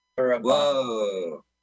Whoa